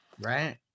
Right